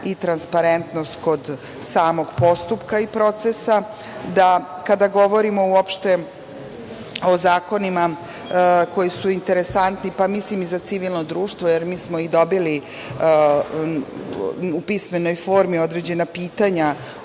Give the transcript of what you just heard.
i transparentnost kod samog postupka i procesa da kada govorimo uopšte o zakonima koji su interesantni, mislim i za civilno društvo, jer mi smo i dobili u pisanoj formi određena pitanja